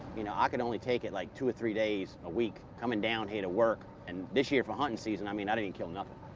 you know, i could only take it, like, two or three days a week coming down here to work. and this year for hunting season, i mean, i didn't kill nothing.